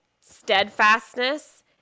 steadfastness